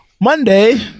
Monday